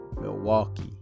Milwaukee